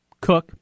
Cook